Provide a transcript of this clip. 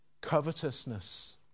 Covetousness